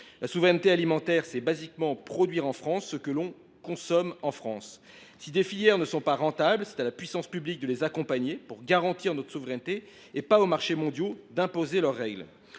La souveraineté alimentaire consiste fondamentalement à produire en France ce que l’on consomme en France. Si des filières ne sont pas rentables, il revient à la puissance publique de les accompagner pour garantir notre souveraineté et non aux marchés mondiaux d’imposer leurs règles.